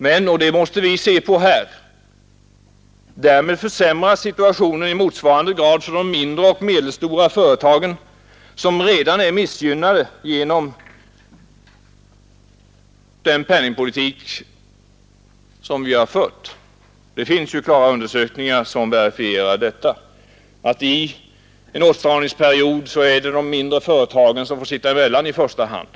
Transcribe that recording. Men — och det måste vi se på här — därmed försämras situationen i motsvarande grad för de mindre och medelstora företagen, som redan är missgynnade genom den penningpolitik som förts. Det finns klara undersökningar som verifierar detta, att i en åtstramningsperiod är det de mindre företagen som får sitta emellan i första hand.